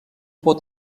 pot